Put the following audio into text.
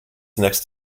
next